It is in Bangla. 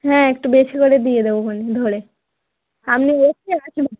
হ্যাঁ একটু বেশি হলে দিয়ে দেবোখন ধরে আপনি হচ্ছে আসুন